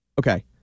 Okay